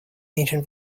ancient